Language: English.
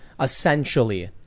essentially